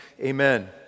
Amen